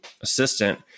assistant